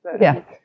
Yes